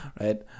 right